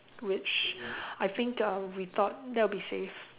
which I think uh we thought that would be safe